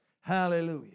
Hallelujah